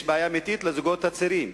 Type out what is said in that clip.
יש בעיה אמיתית לזוגות הצעירים.